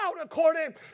according